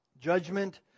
Judgment